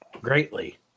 greatly